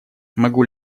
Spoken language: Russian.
могу